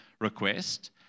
request